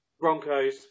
Broncos